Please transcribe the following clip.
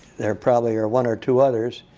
there probably are one or two others.